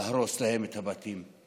להרוס להם את הבתים.